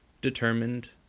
determined